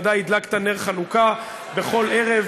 ודאי הדלקת נר חנוכה בכל ערב